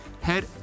Head